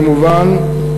כמובן,